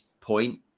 point